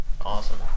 Awesome